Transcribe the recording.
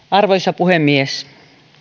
arvoisa puhemies